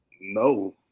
No